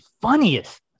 funniest